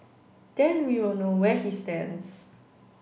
then we will know where he stands